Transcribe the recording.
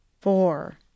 four